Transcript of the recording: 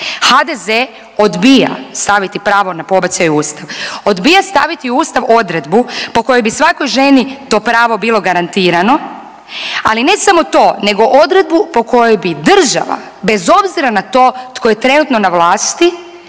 HDZ-e odbija staviti pravo na pobačaj u Ustav, odbija staviti u Ustav odredbu po kojoj bi svakoj ženi to pravo bilo garantirano. Ali ne samo to, nego odredbu po kojoj bi država bez obzira na to tko je trenutno na vlasti